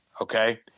okay